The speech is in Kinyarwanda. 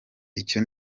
icyo